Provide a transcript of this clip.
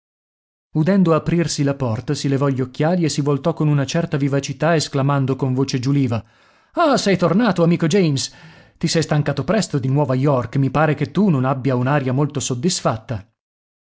udendo aprirsi la porta si levò gli occhiali e si voltò con una certa vivacità esclamando con voce giuliva ah sei tornato amico james ti sei stancato presto di nuova york e mi pare che tu non abbia un'aria molto soddisfatta